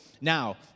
Now